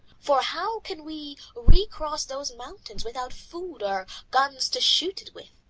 for how can we recross those mountains without food or guns to shoot it with?